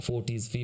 40s